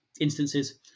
instances